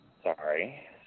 Sorry